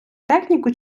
техніку